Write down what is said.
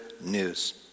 news